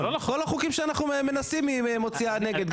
כל החוקים שאנחנו מנסים היא מוציאה נגד,